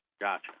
Gotcha